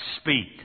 speak